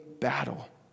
battle